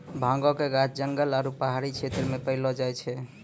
भांगक गाछ जंगल आरू पहाड़ी क्षेत्र मे पैलो जाय छै